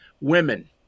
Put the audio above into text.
Women